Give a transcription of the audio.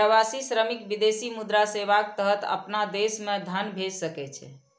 प्रवासी श्रमिक विदेशी मुद्रा सेवाक तहत अपना देश मे धन भेज सकै छै